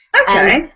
Okay